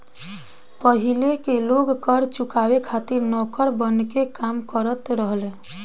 पाहिले के लोग कर चुकावे खातिर नौकर बनके काम करत रहले